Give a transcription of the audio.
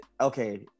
okay